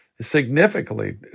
significantly